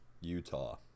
Utah